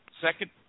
second